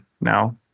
now